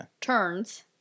turns